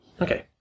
Okay